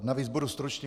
Navíc budu stručný.